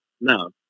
No